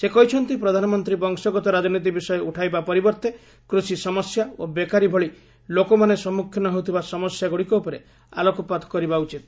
ସେ କହିଛନ୍ତି ପ୍ରଧାନମନ୍ତ୍ରୀ ବଂଶଗତ ରାଜନୀତି ବିଷୟ ଉଠାଇବା ପରିବର୍ତ୍ତେ କୃଷି ସମସ୍ୟା ଓ ବେକାରୀ ଭଳି ଲୋକମାନେ ସମ୍ମଖୀନ ହେଉଥିବା ସମସ୍ୟା ଗ୍ରଡିକ ଉପରେ ଆଲୋକପାତ କରିବା ଉଚିତ୍